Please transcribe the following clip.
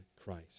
christ